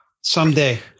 someday